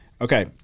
Okay